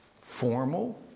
formal